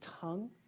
tongue